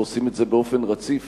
ועושים את זה באופן רציף.